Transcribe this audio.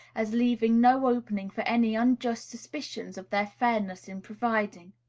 as leaving no opening for any unjust suspicions of their fairness in providing.